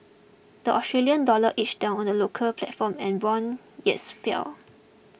the Australian dollar edged down on the local platform and bond yields fell